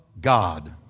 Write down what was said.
God